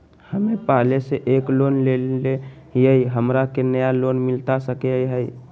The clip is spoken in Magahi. हमे पहले से एक लोन लेले हियई, हमरा के नया लोन मिलता सकले हई?